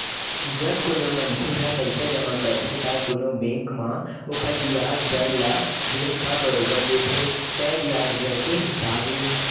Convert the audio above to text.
जब कोनो मनखे ह पइसा जमा करथे त कोनो बेंक म ओखर बियाज दर ल बेंक ह बरोबर देथे तय बियाज दर के हिसाब ले